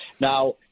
Now